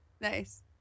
Nice